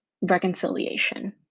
reconciliation